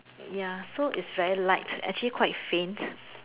ya so it's very like actually quite faint